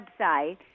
website